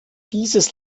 dieses